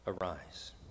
arise